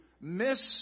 miss